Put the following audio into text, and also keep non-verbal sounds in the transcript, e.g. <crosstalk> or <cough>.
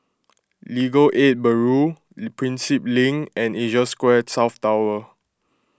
Legal Aid Bureau <unintelligible> Prinsep Link and Asia Square South Tower